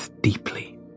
deeply